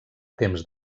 temps